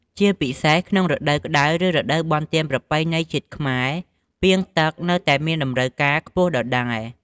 ជាពិសេសក្នុងរដូវក្ដៅ ឬរដូវបុណ្យទានប្រពៃណីជាតិខ្មែរ ពាងទឹកនៅតែមានតម្រូវការខ្ពស់ដដែល។